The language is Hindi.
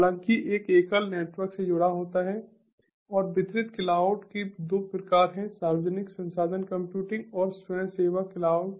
हालांकि एक एकल नेटवर्क से जुड़ा है और वितरित क्लाउड के 2 प्रकार हैं सार्वजनिक संसाधन कंप्यूटिंग और स्वयंसेवक क्लाउड